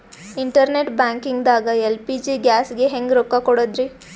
Internet banking ದಾಗ LPG ಗ್ಯಾಸ್ಗೆ ಹೆಂಗ್ ರೊಕ್ಕ ಕೊಡದ್ರಿ?